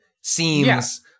seems